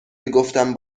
میگفتم